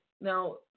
Now